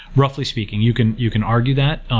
roughly speaking, you can you can argue that,